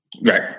Right